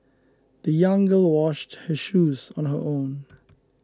the young girl washed her shoes on her own